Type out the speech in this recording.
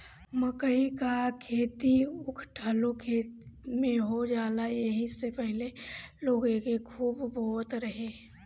मकई कअ खेती उखठलो खेत में हो जाला एही से पहिले लोग एके खूब बोअत रहे